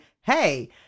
Hey